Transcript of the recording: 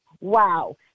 wow